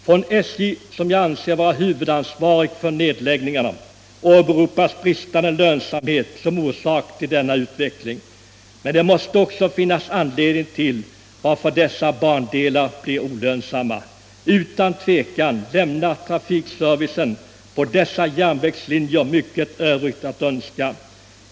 Från SJ — som jag anser vara huvudansvarig för nedläggningarna — åberopas bristande lönsamhet som orsak till denna utveckling. Men det måste också finnas anledning till varför dessa bandelar blivit olönsamma. Utan tvekan lämnar trafikservicen på dessa järnvägslinjer mycket övrigt att önska.